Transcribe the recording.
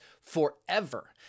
forever